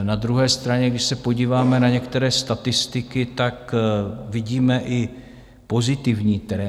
Na druhé straně, když se podíváme na některé statistiky, vidíme i pozitivní trendy.